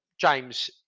James